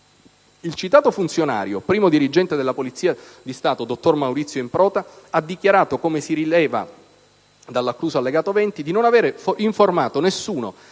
Il citato funzionario, primo dirigente della Polizia di Stato, dottor Maurizio Improta, ha dichiarato, come si rileva dall'accluso allegato n. 20, di non aver informato alcuno